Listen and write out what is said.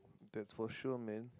that's for sure man